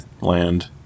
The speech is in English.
Land